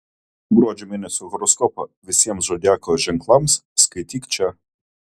gruodžio mėnesio horoskopą visiems zodiako ženklams skaityk čia